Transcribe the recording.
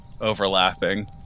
overlapping